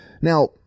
Now